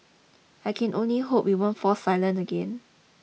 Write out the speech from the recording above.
I can only hope we won't fall silent again